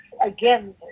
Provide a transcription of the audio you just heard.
again